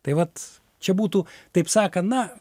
tai vat čia būtų taip sakant na